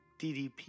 DDP